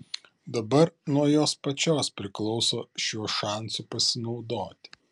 dabar nuo jos pačios priklauso šiuo šansu pasinaudoti